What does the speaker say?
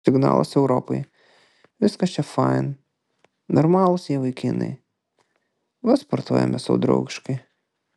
signalas europai viskas čia fain normalūs jie vaikinai va sportuojame sau draugiškai